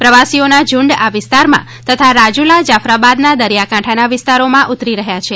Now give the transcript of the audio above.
પ્રવાસીઓના ઝુંડ આ વિસ્તારમા તથા રાજુલા જાફરાબાદના દરિયાકાંઠાના વિસ્તારોમા ઉતરી રહ્યાં છે